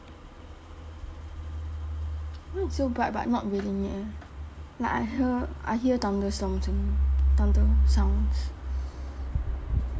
mine is so bright but not raining eh like I hear I hear thunderstorms only thunder sounds